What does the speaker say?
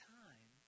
time